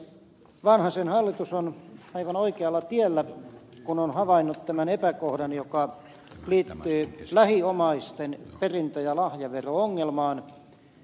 vanhasen hallitus on aivan oikealla tiellä kun on havainnut tämän epäkohdan joka liittyy lähiomaisten perintö ja lahjavero ongelmaan